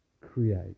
create